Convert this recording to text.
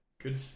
good